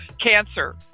cancer